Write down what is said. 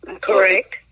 Correct